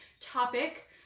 topic